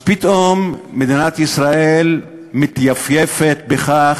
אז פתאום מדינת ישראל מתייפייפת בכך